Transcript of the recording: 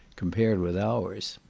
compared with our's.